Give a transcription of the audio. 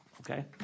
Okay